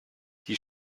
die